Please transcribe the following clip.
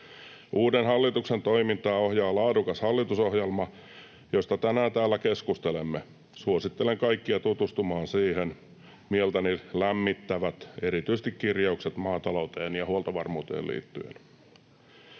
Uuden hallituksen toimintaa ohjaa laadukas hallitusohjelma, josta tänään täällä keskustelemme. Suosittelen kaikkia tutustumaan siihen. Mieltäni lämmittävät erityisesti kirjaukset maatalouteen ja huoltovarmuuteen liittyen.